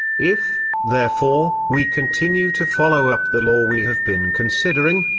if, therefore, we continue to follow up the law we have been considering,